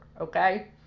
Okay